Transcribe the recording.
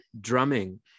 drumming